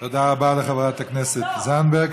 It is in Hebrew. תודה רבה לחברת הכנסת זנדברג.